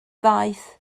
ddaeth